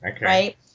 right